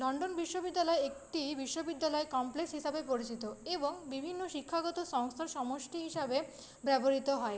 London বিশ্ববিদ্যালয় একটি বিশ্ববিদ্যালয় কমপ্লেক্স হিসাবে পরিচিত এবং বিভিন্ন শিক্ষকতার সংস্থার সমষ্টি হিসাবে ব্যবহৃত হয়